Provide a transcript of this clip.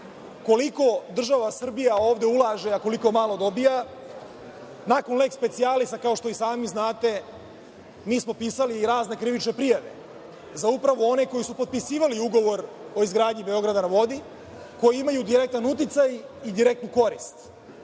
koliko država Srbija ovde ulaže, a koliko malo dobija. Nakon lex specialis, kao što i sami znate, mi smo pisali razne krivične prijave za one koji su potpisivali ugovor o izgradnji „Beograda na vodi“, koji imaju direktan uticaj i direktnu korist.